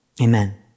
amen